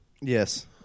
Yes